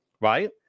Right